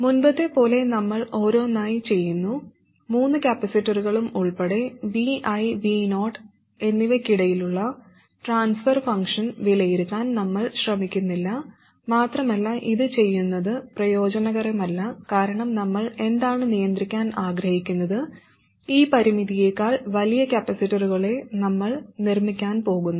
മുമ്പത്തെപ്പോലെ നമ്മൾ ഓരോന്നായി ചെയ്യുന്നു മൂന്ന് കപ്പാസിറ്ററുകളും ഉൾപ്പെടെ Vi Vo എന്നിവയ്ക്കിടയിലുള്ള ട്രാൻസ്ഫർ ഫംഗ്ഷൻ വിലയിരുത്താൻ നമ്മൾ ശ്രമിക്കുന്നില്ല മാത്രമല്ല ഇത് ചെയ്യുന്നത് പ്രയോജനകരമല്ല കാരണം നമ്മൾ എന്താണ് നിയന്ത്രിക്കാൻ ആഗ്രഹിക്കുന്നത് ഈ പരിമിതിയെക്കാൾ വലിയ കപ്പാസിറ്ററുകളെ നമ്മൾ നിർമ്മിക്കാൻ പോകുന്നു